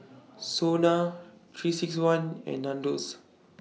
Sona three six one and Nandos